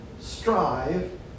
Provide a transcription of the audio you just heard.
strive